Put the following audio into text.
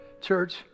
Church